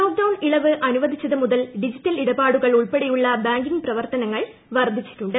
lockdown ഇളവ് അനുവദിച്ചത് മുതൽ ഡിജിറ്റൽ ഇടപാടുകൾ ഉൾപ്പെടെയുള്ള ബാങ്കിംഗ് പ്രവർത്തനങ്ങൾ വർധിച്ചിട്ടുണ്ട്